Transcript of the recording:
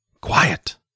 Quiet